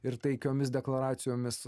ir taikiomis deklaracijomis